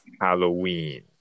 Halloween